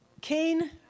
Cain